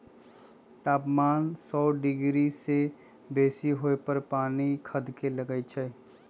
तापमान सौ डिग्री से बेशी होय पर पानी खदके लगइ छै